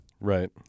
Right